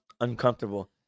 uncomfortable